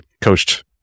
coached